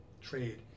trade